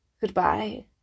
Goodbye